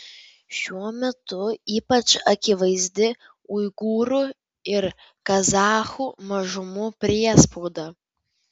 šiuo metu ypač akivaizdi uigūrų ir kazachų mažumų priespauda